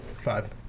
Five